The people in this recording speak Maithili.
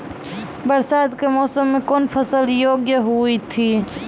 बरसात के मौसम मे कौन फसल योग्य हुई थी?